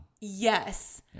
Yes